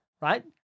right